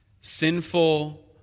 sinful